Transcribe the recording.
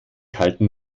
halten